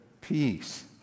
peace